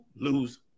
lose